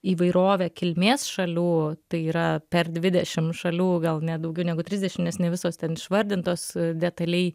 įvairove kilmės šalių tai yra per dvidešim šalių gal net daugiau negu trisdešim nes ne visos ten išvardintos detaliai